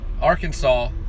Arkansas